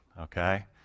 okay